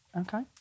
Okay